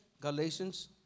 Galatians